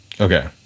Okay